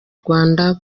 rwanda